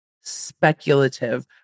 speculative